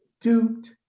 duped